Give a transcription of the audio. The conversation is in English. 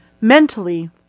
Mentally